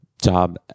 job